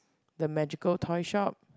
the magical toy shop